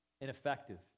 ineffective